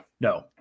No